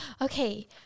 Okay